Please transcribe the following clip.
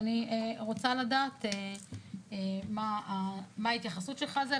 ואני רוצה לדעת מה ההתייחסות שלך לזה.